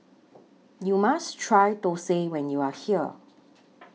YOU must Try Thosai when YOU Are here